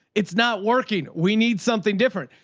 it's not working. we need something different.